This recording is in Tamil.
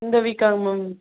இந்த வீக்காங்க மேம்